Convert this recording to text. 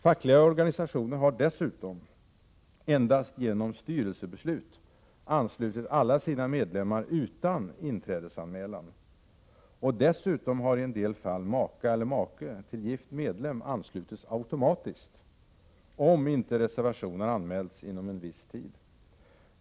Fackliga organisationer har också — endast genom styrelsebeslut — anslutit alla sina medlemmar utan inträdesanmälan. Dessutom har i en del fall maka eller make till gift medlem anslutits automatiskt, om inte reservation har anmälts inom viss tid.